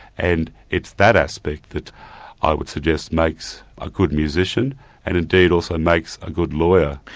and it's that aspect that i would suggest makes a good musician and indeed also makes a good lawyer.